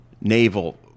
naval